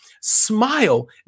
smile